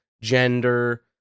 gender